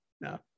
No